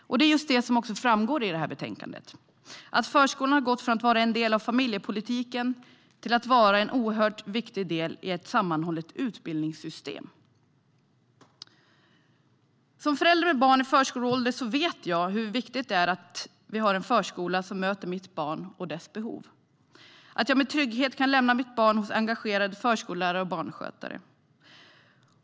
Det är också just det som framgår av det här betänkandet: Förskolan har gått från att vara en del av familjepolitiken till att vara en oerhört viktig del i ett sammanhållet utbildningssystem. Som förälder med barn i förskoleålder vet jag hur viktigt det är att vi har en förskola som möter mitt barn och dess behov och att jag med trygghet kan lämna mitt barn hos engagerade förskollärare och barnskötare.